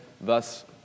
thus